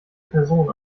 person